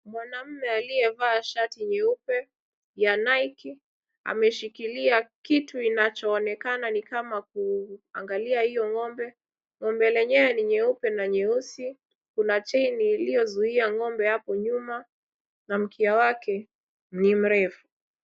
Mwanamume aliyevaa shati nyeupe ya Nikey ameshikilia kitu inachoonekana ni kama kuangalia hio ng'ombe, ng'ombe lenyewe ni nyeupe na nyeusi kuna chain iliyozuia ng'ombe hapo nyuma na mkia wake ni mrefu.